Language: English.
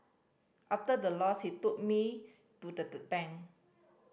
after the loss he took me to the the bank